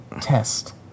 test